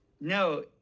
no